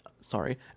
sorry